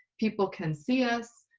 people can see us,